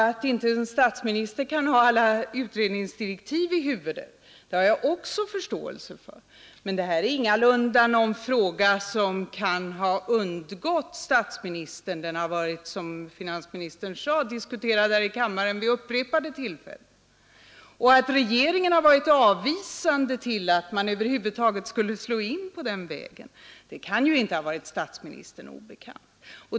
Att inte en statsminister kan hålla alla utredningsdirektiv i huvudet har jag också förståelse för, men detta är ingalunda någon fråga som kan ha undgått statsministern. Den har, som finansministern sade, diskuterats här i kammaren vid upprepade tillfällen. Att regeringen har varit avvisande till att man över huvud taget skall gå in på den vägen kan inte ha varit statsministern obekant.